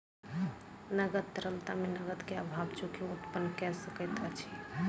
नकद तरलता मे नकद के अभाव जोखिम उत्पन्न कय सकैत अछि